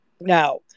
Now